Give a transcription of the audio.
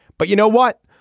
but you know what.